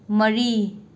ꯃꯔꯤ